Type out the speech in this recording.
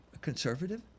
conservative